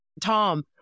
Tom